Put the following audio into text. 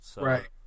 Right